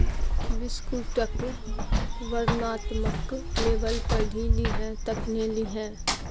बिस्कुटक वर्णनात्मक लेबल पढ़ि लिहें तखने लिहें